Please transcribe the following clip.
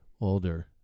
older